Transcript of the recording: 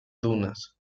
dunas